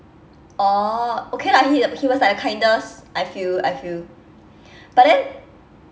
oh okay lah he he was like the kindest I feel I feel but then